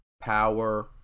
power